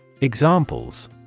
Examples